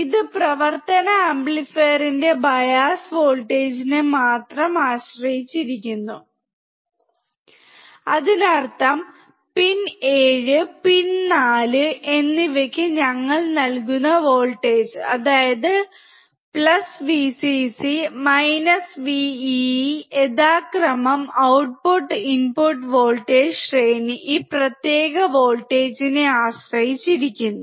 ഇത് പ്രവർത്തന ആംപ്ലിഫയറിന്റെ ബയാസ് വോൾട്ടേജിനെ മാത്രം ആശ്രയിച്ചിരിക്കുന്നു അതിനർത്ഥം പിൻ 7 പിൻ 4 എന്നിവയ്ക്ക് ഞങ്ങൾ നൽകുന്ന വോൾട്ടേജ് അതായത് Vcc Vee യഥാക്രമം ഔട്ട്പുട്ട് ഇൻപുട്ട് വോൾട്ടേജ് ശ്രേണി ഈ പ്രത്യേക വോൾട്ടേജിനെ ആശ്രയിച്ചിരിക്കുന്നു